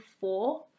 four